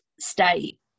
state